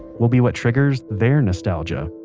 will be what triggers their nostalgia.